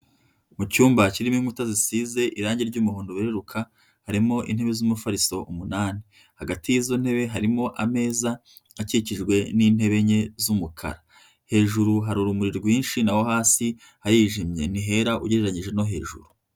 Mu cyumba kirimo inkuta zisize irangi ry'umuhondo weruruka harimo intebe z'umufariso umunani, hagati y'izo ntebe harimo ameza akikijwe n'intebe enye z'umukara, hejuru hari urumuri rwinshi naho hasi harijimye ntihera ugereranyije no hejuru.